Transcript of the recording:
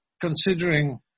considering